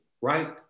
right